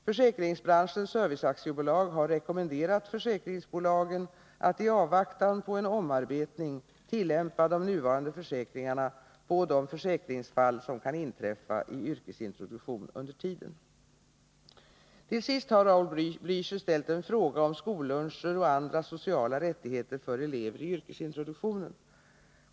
Försäkringsbranschens serviceaktiebolag har rekommendeat försäkringsbolagen att i avvaktan på en omarbetning tillämpa de nuvarande försäkringarna på de försäkringsfall som kan inträffa i yrkesintroduktion under tiden. Till sist har Raul Blächer ställt en fråga om skolluncher och andra sociala rättigheter för elever i yrkesintroduktionen.